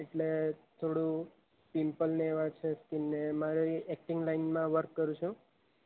એટલે થોડું પીંપલ ને એવાં છે સ્કિન ને મારે એક્ટિંગ લાઇનમાં વર્ક કરું છું